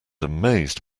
amazed